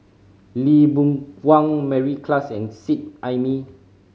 Lee Boon Wang Mary Klass and Seet Ai Mee